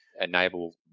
enable